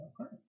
Okay